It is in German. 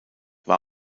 war